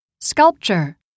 Sculpture